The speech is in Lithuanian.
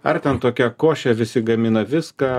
ar ten tokia košė visi gamina viską